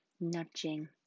nudging